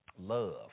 love